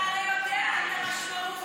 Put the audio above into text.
אתה הרי יודע את המשמעות,